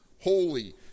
holy